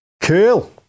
cool